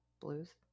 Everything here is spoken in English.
blues